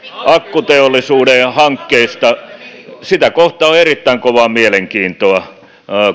akkuteollisuuden hankkeista niitä kohtaan on erittäin kovaa mielenkiintoa